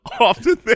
often